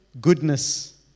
goodness